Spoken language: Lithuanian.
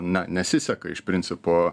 na nesiseka iš principo